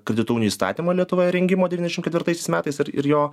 kredito unijų įstatymų lietuvoje rengimo devyniasdešim ketvirtaisiais metais ir ir jo